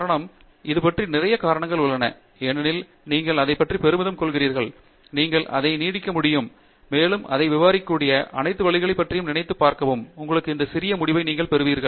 காரணம் இது பற்றி நிறைய காரணங்கள் உள்ளன ஏனெனில் நீங்கள் அதை பற்றி பெருமிதம் கொள்கிறீர்கள் நீங்கள் அதை நீட்டிக்க முடியும் மேலும் அதை விரிவாக்கக்கூடிய அனைத்து வழிகளையும் பற்றி நினைத்துப் பார்க்கவும் உங்களுடைய இந்த சிறிய முடிவை நீங்கள் பெறுவீர்கள்